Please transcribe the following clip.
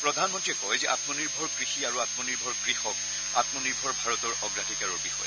প্ৰধানমন্ত্ৰীয়ে কয় যে আমনিৰ্ভৰ কৃষি আমনিৰ্ভৰ কৃষক আমনিৰ্ভৰ ভাৰতৰ অগ্ৰাধিকাৰৰ বিষয়